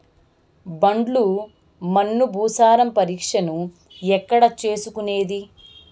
ఒండ్రు మన్ను భూసారం పరీక్షను ఎక్కడ చేసుకునేది?